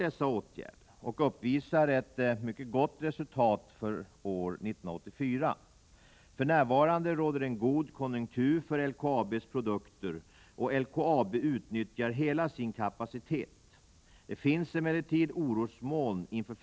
Detta sades med hänvisning till behovet av att behålla LKAB:s prospekteringskompetens, hänsynen till jobben för de anställda inom bolaget och att vad LKAB gör har stor betydelse för gruvsamhällena i norr.